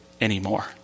anymore